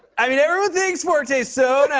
i mean, everyone thinks forte's so nice.